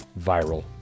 viral